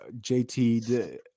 JT